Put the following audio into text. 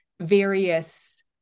various